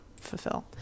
fulfill